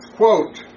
quote